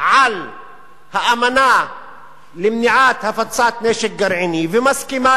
על האמנה למניעת הפצת נשק גרעיני ומסכימה